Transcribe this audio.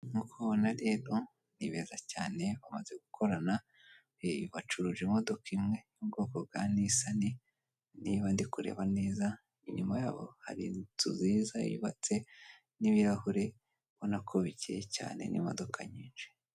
Nk'uko ubabona rero, ni beza cyane bamaze gukorana bacuruje imodoka imwe mu bwoko bwa nisani niba ndi kureba neza, inyuma yabo hari inzu nziza yubatse n'ibirahure ubonako bikeye cyane n'imodoka nyinshi.